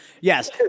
Yes